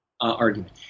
argument